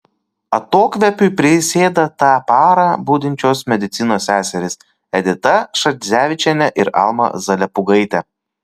atokvėpiui prisėda tą parą budinčios medicinos seserys edita šadzevičienė ir alma zalepūgaitė